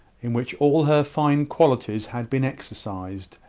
in which all her fine qualities had been exercised,